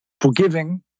forgiving